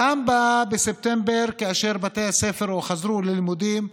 גם בספטמבר, כאשר בתי הספר חזרו ללימודים,